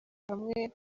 hamwe